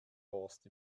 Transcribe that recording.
horst